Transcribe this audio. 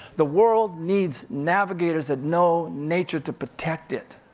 the world needs navigators that know nature, to protect it.